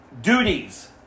duties